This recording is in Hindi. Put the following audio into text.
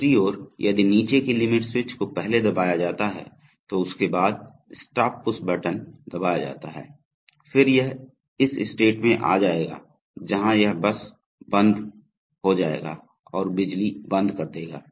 दूसरी ओर यदि नीचे की लिमिट स्विच को पहले दबाया जाता है तो उसके बाद स्टॉप पुश बटन दबाया जाता है फिर यह इस स्टेट में आ जाएगा जहां यह बस बंद हो जाएगा और बिजली बंद कर देगा